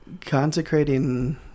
consecrating